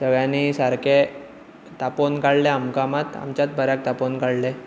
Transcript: सगळ्यांनी सारके तापोवन काडले आमकां मात आमच्याच बऱ्याक तापोवन काडले